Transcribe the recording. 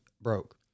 broke